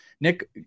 Nick